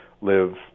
live